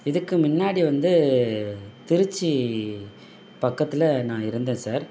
இதுக்கு முன்னாடி வந்து திருச்சி பக்கத்தில் நான் இருந்தேன் சார்